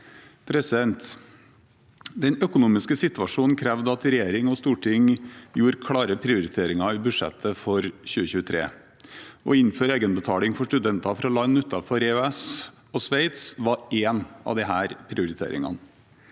framover. Den økonomiske situasjonen krevde at regjering og storting gjorde klare prioriteringer i budsjettet for 2023. Å innføre egenbetaling for studenter fra land utenfor EØS og Sveits var en av disse prioriteringene.